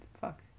fuck